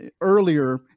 earlier